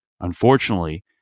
Unfortunately